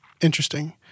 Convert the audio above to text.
interesting